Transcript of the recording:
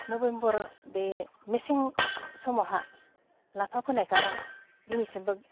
November बे मेसें समावहा लाफा फोनायखो आं दिनैसिमबो